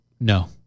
No